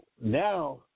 now